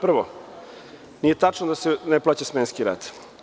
Prvo, nije tačno da se ne plaća smenski rad.